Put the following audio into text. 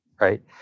right